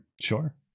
Sure